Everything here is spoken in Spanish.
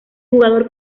jugador